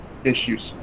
issues